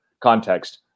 context